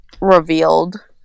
revealed